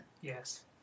Yes